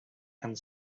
and